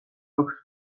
აქვს